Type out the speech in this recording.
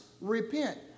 repent